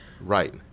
Right